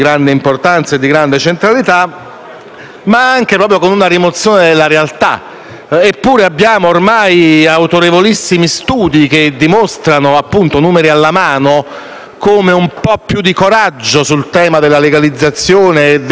ma anche con una rimozione della realtà. Eppure, abbiamo ormai autorevolissimi studi che dimostrano, numeri alla mano, come un po' più di coraggio sul tema della legalizzazione e della rottura dello schema proibizionista,